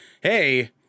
hey